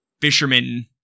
fisherman